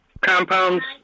compounds